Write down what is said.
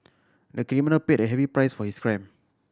the criminal paid a heavy price for his crime